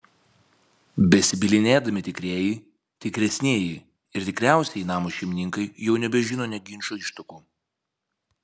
besibylinėdami tikrieji tikresnieji ir tikriausieji namo šeimininkai jau nebežino nė ginčo ištakų